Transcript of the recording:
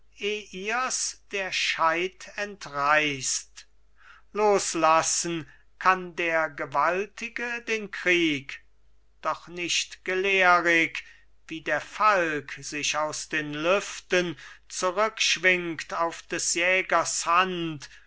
der scheid entreißt loslassen kann der gewaltige den krieg doch nicht gelehrig wie der falk sich aus den lüften zurückschwingt auf des jägers hand